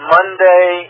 Monday